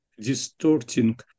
distorting